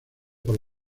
por